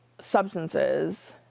substances